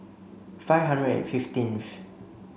five hundred and fifteenth